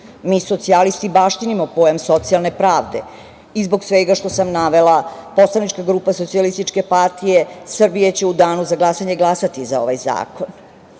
socijalisti baštinimo pojam socijalne pravde i zbog svega što sam navela, poslanička grupa Socijalističke partije Srbije će u danu za glasanje glasati za ovaj zakon. Ovim